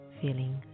feeling